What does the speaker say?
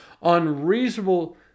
unreasonable